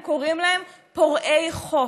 הם קוראים "פורעי חוק",